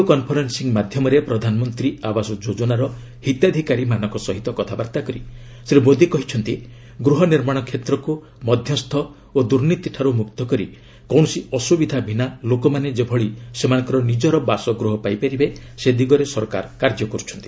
video conferencing ମାଧ୍ୟମରେ ପ୍ରଧାନମନ୍ତ୍ରୀ ଆବାସ ଯୋଜନାର ହିତାଧିକାରୀମାନଙ୍କ ସହିତ କଥାବାର୍ତ୍ତା କରି ଶ୍ରୀ ମୋଦି କହିଛନ୍ତି ଗୃହ ନିର୍ମାଣ କ୍ଷେତ୍ରକୁ ମଧ୍ୟସ୍ଥ ଓ ଦୁର୍ନୀତିଠାରୁ ମୁକ୍ତ କରି କୌଣସି ଅସୁବିଧା ବିନା ଲୋକମାନେ ଯେପରି ସେମାନଙ୍କର ନିଜର ବାସଗୃହ ପାଇପାରିବେ ସେ ଦିଗରେ ସରକାର କାର୍ଯ୍ୟ କରୁଛନ୍ତି